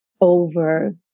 over